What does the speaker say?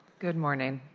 good morning,